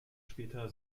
später